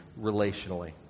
relationally